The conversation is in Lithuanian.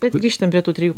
bet grįžtam prie tų trijų